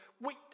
Wait